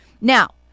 Now